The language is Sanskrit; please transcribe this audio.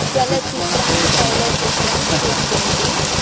चलचित्रं तैलचित्रं स्केच् पेन्टिङ्ग्